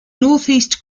northeast